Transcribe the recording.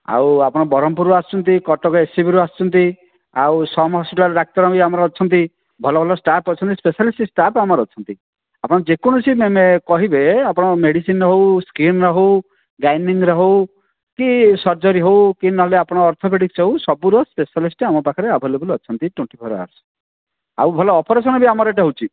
ଆଉ ଆପଣ ବରହଂମପୁର ରୁ ଆସୁଛନ୍ତି କଟକ ଏସ୍ ସି ବି ରୁ ଆସୁଛନ୍ତି ଆଉ ସମ୍ ହସ୍ପିଟାଲ୍ ଡ଼ାକ୍ତର ବି ଆମର ଅଛନ୍ତି ଭଲ ଭଲ ଷ୍ଟାପ୍ ଅଛନ୍ତି ସ୍ପେଶାଲିଷ୍ଟ ଷ୍ଟାପ୍ ଆମର ଅଛନ୍ତି ଆପଣ ଯେକୌଣସି କହିବେ ଆପଣ ମେଡ଼ିସିନର ହେଉ ସ୍କିନ୍ ର ହେଉ ଜ୍ଞାନିକ୍ ର ହେଉ କି ସର୍ଜରୀ ହେଉ କି ନହେଲେ ଆପଣ ଅର୍ଥପେଡ଼ିଷ୍ଟ ହେଉ ସବୁ ର ସ୍ପେଶାଲିଷ୍ଟ ଆମ ପାଖରେ ଆଭେଲେବୁଲ ଅଛନ୍ତି ଟ୍ୱେନଟି ଫୋର ହାୱାର୍ସ ଆଉ ଭଲ ଅପରେସନ୍ ବି ଆମର ଏଠି ହେଉଛି